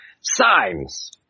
signs